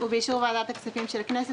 ובאישור ועדת הכספים של הכנסת,